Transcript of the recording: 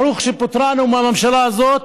ברוך שפטרנו מהממשלה הזאת,